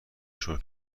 شکر